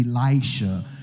Elisha